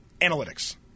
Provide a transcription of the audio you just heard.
analytics